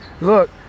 look